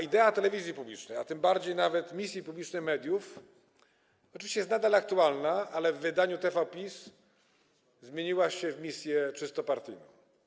Idea telewizji publicznej, a tym bardziej misji publicznej mediów oczywiście jest nadal aktualna, ale w wydaniu TV PiS zmieniła się ona w misję czysto partyjną.